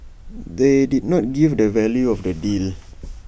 they did not give the value of the deal